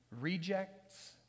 rejects